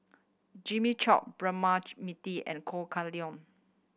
Jimmy Chok Braema Mathi and Ho Kah Leong